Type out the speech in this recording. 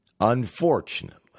Unfortunately